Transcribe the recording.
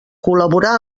col·laborar